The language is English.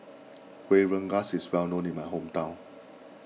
Kueh Rengas is well known in my hometown